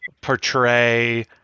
portray